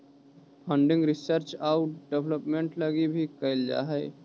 funding research आउ development लगी भी कैल जा हई